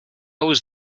was